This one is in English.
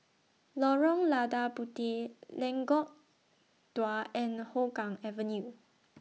Lorong Lada Puteh Lengkok Dua and Hougang Avenue